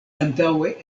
antaŭe